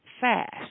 fast